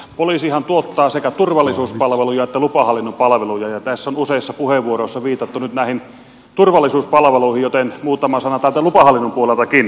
poliisihan tuottaa sekä turvallisuuspalveluja että lupahallinnon palveluja ja tässä on useissa puheenvuoroissa viitattu nyt näihin turvallisuuspalveluihin joten muutama sana täältä lupahallinnon puoleltakin